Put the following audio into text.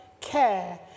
care